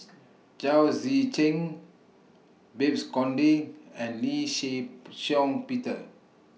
Chao Tzee Cheng Babes Conde and Lee Shih Shiong Peter